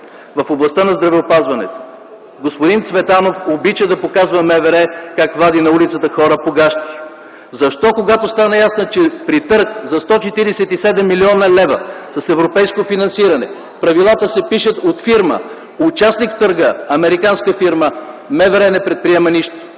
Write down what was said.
в областта на здравеопазването. Господин Цветанов обича да показва как МВР вади на улицата хора по гащи. Защо, когато стана ясно, че при търг за 147 млн. лв. с европейско финансиране правилата се пишат от фирма, участник в търга, американска фирма, МВР не предприема нищо?